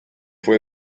fue